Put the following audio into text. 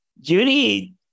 Judy